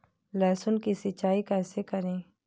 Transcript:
लहसुन की सिंचाई कैसे करें?